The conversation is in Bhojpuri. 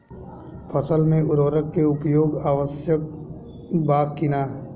फसल में उर्वरक के उपयोग आवश्यक बा कि न?